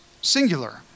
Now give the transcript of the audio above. singular